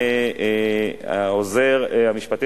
העוזר המשפטי,